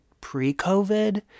pre-COVID